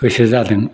गोसो जादों